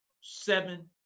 Seven